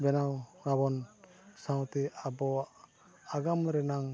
ᱵᱮᱱᱟᱣ ᱟᱵᱚᱱ ᱥᱟᱶᱛᱮ ᱟᱵᱚᱣᱟᱜ ᱟᱜᱟᱢ ᱨᱮᱱᱟᱜ